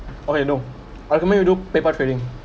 okay you know I recommend you do paper trading